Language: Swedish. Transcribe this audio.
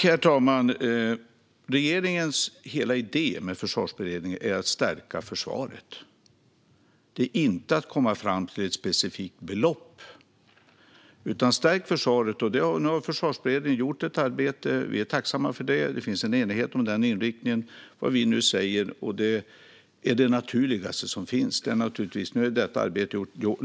Herr talman! Regeringens hela idé med Försvarsberedningen är att stärka försvaret. Det är inte att komma fram till ett specifikt belopp, utan det handlar om att stärka försvaret. Nu har Försvarsberedningen gjort ett arbete. Vi är tacksamma för det. Det finns en enighet om den inriktningen. Vad vi säger, och det är det naturligaste som finns, är att nu är detta arbete gjort.